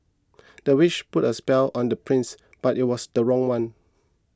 the witch put a spell on the prince but it was the wrong one